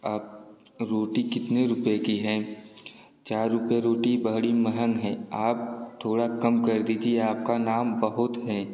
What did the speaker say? अब रोटी कितने रुपये की है चार रूपये रोटी बड़ी महंगी है आप थोड़ा कम कर दीजिए आपका नाम बहुत है